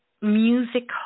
music